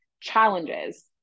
challenges